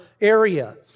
area